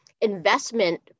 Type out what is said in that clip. investment